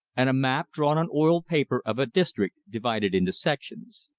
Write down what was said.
and a map drawn on oiled paper of a district divided into sections.